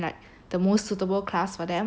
the most suitable class for them cause like